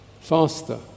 faster